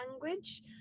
language